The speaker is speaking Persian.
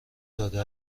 داده